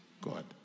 God